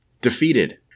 Defeated